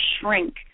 shrink